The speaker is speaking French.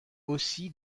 aussi